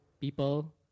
people